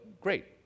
great